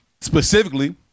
specifically